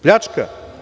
Pljačka?